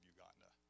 Uganda